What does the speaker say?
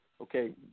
okay